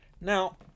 Now